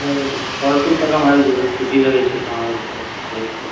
कल परसू तक हम आबि जेबय छुट्टी रहय छै तऽ हम आबि कए देख लेब